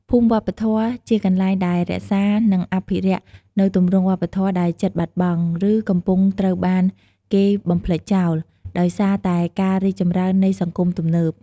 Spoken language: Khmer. ភូមិវប្បធម៌ជាកន្លែងដែលរក្សា និងអភិរក្សនូវទម្រង់វប្បធម៌ដែលជិតបាត់បង់ ឬកំពុងត្រូវបានគេបំភ្លេចចោល ដោយសារតែការរីកចម្រើននៃសង្គមទំនើប។